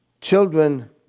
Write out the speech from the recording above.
Children